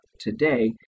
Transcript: today